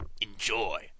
Enjoy